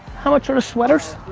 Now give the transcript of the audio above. how much are the sweaters?